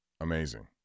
Amazing